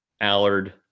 Allard